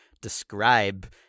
describe